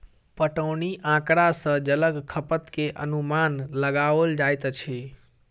पटौनी आँकड़ा सॅ जलक खपत के अनुमान लगाओल जाइत अछि